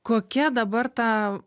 kokia dabar ta